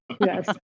Yes